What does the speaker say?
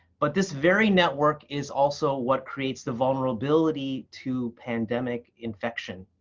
but this very network is also what creates the vulnerability to pandemic infection.